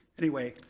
anyway,